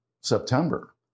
September